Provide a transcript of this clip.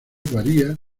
varía